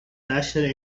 national